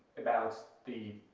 about the